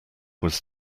was